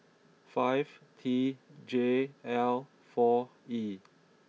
five T J L four E